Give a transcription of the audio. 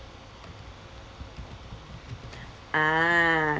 a'ah